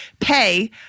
pay